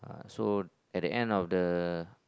so at the end of the